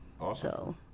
awesome